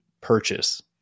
purchase